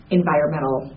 environmental